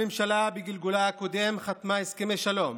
הממשלה בגלגולה הקודם חתמה על הסכמי שלום,